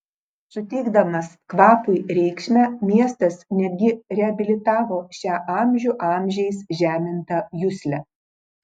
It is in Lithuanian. suteikdamas kvapui reikšmę miestas netgi reabilitavo šią amžių amžiais žemintą juslę